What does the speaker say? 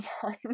time